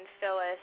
Phyllis